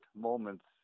moments